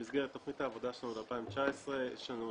במסגרת תוכנית העבודה שלנו ל-2019 יש לנו